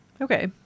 Okay